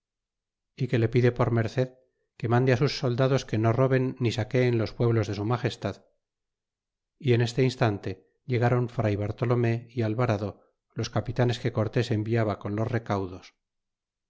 cumplir que le pide por merced que mande á sus soldados que no roben ni saqueen los pueblos de su magestad y en este instante llegron fr bartolome alvarado los capitanes que cortes enviaba con los recaudos